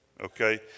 okay